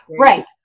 right